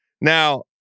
Now